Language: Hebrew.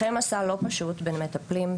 אחרי מסע לא פשוט בין מטפלים,